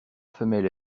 femelle